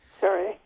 Sorry